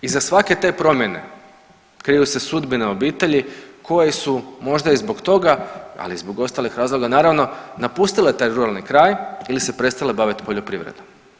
Iza svake te promjene kriju se sudbine obitelji koje su možda i zbog toga, ali i zbog ostalih razloga naravno, napustile taj ruralni kraj ili se prestale baviti poljoprivredom.